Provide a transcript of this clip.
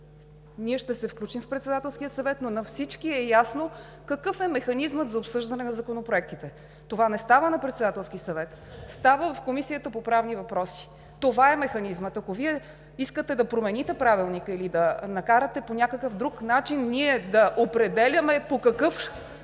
Ние ще се включим в Председателския съвет, но на всички е ясно какъв е механизмът за обсъждане на законопроектите – не става на Председателския съвет, става в Комисията по правни въпроси. Това е механизмът. Ако Вие искате да промените Правилника или да накарате по някакъв друг начин да определяме по какъв